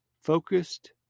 focused